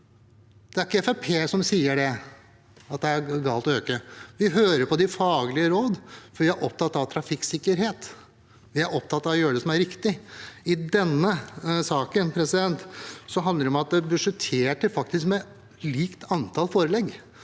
Det er ikke Fremskrittspartiet som sier at det er galt å øke satsene. Vi hører på de faglige råd, for vi er opptatt av trafikksikkerhet. Vi er opptatt av å gjøre det som er riktig. I denne saken handler det om at det er budsjettert med likt antall forelegg.